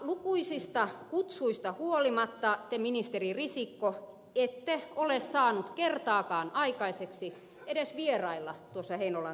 lukuisista kutsuista huolimatta te ministeri risikko ette ole saanut kertaakaan aikaiseksi edes vierailla tuossa heinolan sairaalassa